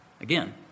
Again